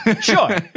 Sure